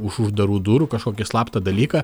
už uždarų durų kažkokį slaptą dalyką